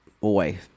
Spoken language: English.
boy